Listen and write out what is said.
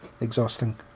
Exhausting